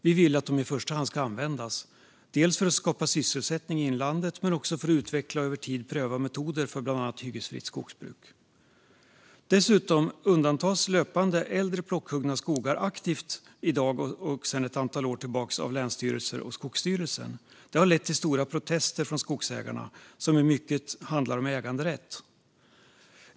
Vi vill att de i första hand ska användas, dels för att skapa sysselsättning i inlandet, dels för att utveckla och över tid pröva metoder för bland annat hyggesfritt skogsbruk. Dessutom undantas löpande äldre plockhuggna skogar aktivt i dag och sedan ett antal år tillbaka av länsstyrelser och Skogsstyrelsen. Det har lett till stora protester från skogsägarna, som i mycket handlar om äganderätt.